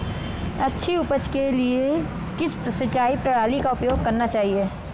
अच्छी उपज के लिए किस सिंचाई प्रणाली का उपयोग करना चाहिए?